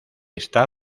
está